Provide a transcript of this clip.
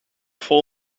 vol